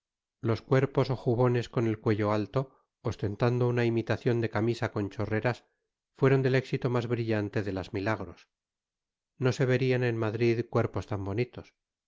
los cuerpos o jubones con el cuello alto ostentando una imitación de camisa con chorreras fueron el éxito más brillante de las milagros no se verían en madrid cuerpos tan bonitos